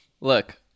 Look